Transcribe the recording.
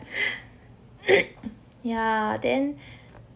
ya then